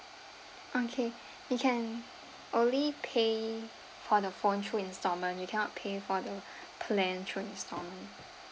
okay you can only pay for the phone through instalment you cannot pay for the plan through installment